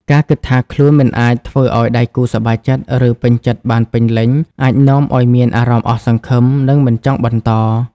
ការគិតថាខ្លួនមិនអាចធ្វើឲ្យដៃគូសប្បាយចិត្ត ឬពេញចិត្តបានពេញលេញ អាចនាំឲ្យមានអារម្មណ៍អស់សង្ឃឹម និងមិនចង់បន្ត។